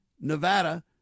Nevada